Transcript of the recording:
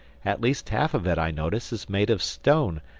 at least half of it, i notice, is made of stone.